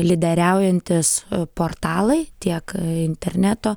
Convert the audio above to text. lyderiaujantys portalai tiek interneto